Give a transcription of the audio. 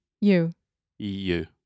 E-U